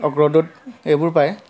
অগ্ৰদূত এইবোৰ পায়